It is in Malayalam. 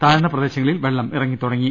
താഴ്ന്ന പ്രദേശങ്ങ ളിൽ വെള്ളം ഇറങ്ങി തുടങ്ങി